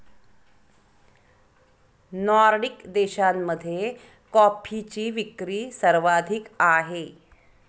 Nordic देशांमध्ये कॉफीची विक्री सर्वाधिक आहे